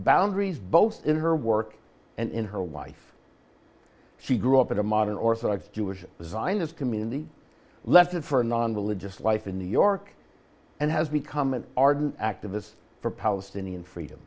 boundaries both in her work and in her life she grew up in a modern orthodox jewish zionist community left and for a non religious life in new york and has become an ardent activist for palestinian freedom